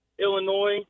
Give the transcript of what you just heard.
Illinois